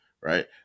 right